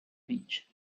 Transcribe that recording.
beach